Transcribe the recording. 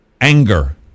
Anger